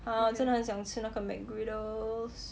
!huh! 我真的很想吃那个 mcgriddles